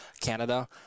canada